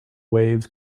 waves